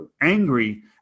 angry